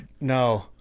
No